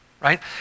right